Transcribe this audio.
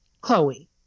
Chloe